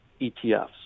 ETFs